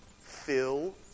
fill